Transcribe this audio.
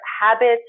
habits